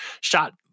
shot